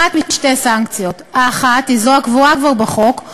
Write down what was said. אחת משתי סנקציות: האחת היא זו הקבועה כבר בחוק,